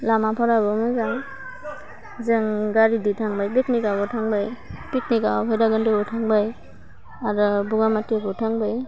लामाफोराबो मोजां जों गारिदो थांबाय पिकनिकआवबो थांबाय पिकनिकआव भैराकन्द'आव थांबाय आरो बगामाथियावबो थांदों